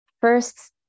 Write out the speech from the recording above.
first